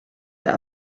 der